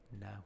No